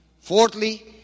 Fourthly